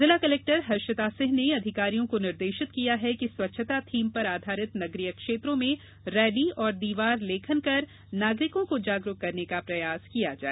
जिला कलेक्टर हर्षिता सिंह ने अधिकारियों को निर्देषित किया है कि स्वच्छता थीम पर आधारित नगरीय क्षेत्रों में रैली एवं दीवार लेखन कर नागरिकों को जागरूक करने का प्रयास किया जाए